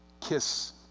kiss